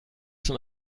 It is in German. zum